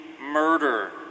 murder